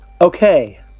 Okay